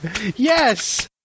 Yes